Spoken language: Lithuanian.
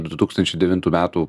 du tūkstančiai devintų metų